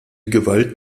gewalt